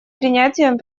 принятием